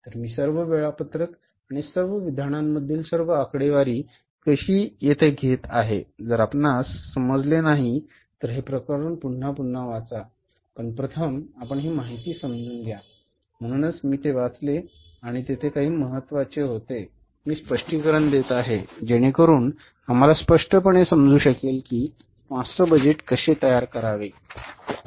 तर मी सर्व वेळापत्रक आणि सर्व विधानांमधील सर्व आकडेवारी कशी येथे घेत आहे जर आपणास समजले नाही तर हे प्रकरण पुन्हा पुन्हा वाचा पण प्रथम आपण ही माहिती समजून घ्या म्हणूनच मी ते वाचले आणि तेथे काही महत्त्वाचे होते मी स्पष्टीकरण देत आहे जेणेकरुन आम्हाला स्पष्टपणे समजू शकेल की मास्टर बजेट कसे तयार करावे बरोबर